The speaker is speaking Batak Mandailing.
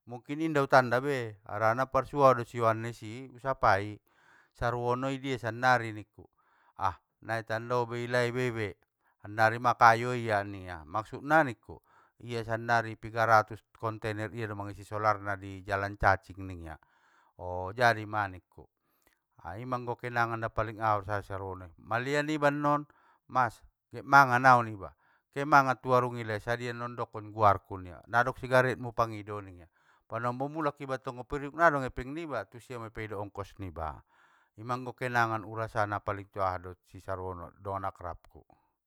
Mungkin inda utanda be, harana parsuo au dot si yohannesi, u sapa, sarwono idia sannari ningku, ah! Nai tanda hoibe be, sannari mang kayo ia ning ia, maksudna ningku? Ia sannari piga ratus konteneri iado mangisi solarna i jalan cacing ning ia, o jadima ningku, ha ima anggo kenangan na paling awal sisarwonoi, maleian iba non, mas get mangan au ning iba, kemangan tu warung i le sadia non dokon guarku ningia, nadong sigaretmu pangido ningia, panombo mulak iba tong nggon priuk ngga dong epeng niba, tusia ma ipangido ongkos nib, ima anggo kenangan urasa na paling cuahat dot si sarwono, dongan akrabku.